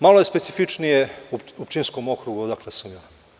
Malo je specifičnije u Pčinjskom okrugu, odakle sam ja.